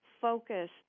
focus